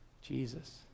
Jesus